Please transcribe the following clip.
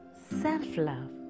self-love